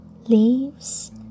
leaves